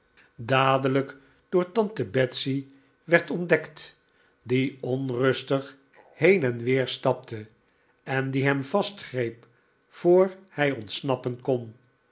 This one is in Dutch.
dadelijk door tante betsey werd ontdekt die onrustig heen en weer stapte en die hem vastgreep voor hij ontsnappen kon